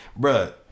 bruh